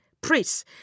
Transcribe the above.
priests